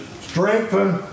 strengthen